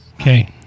Okay